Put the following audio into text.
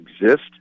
exist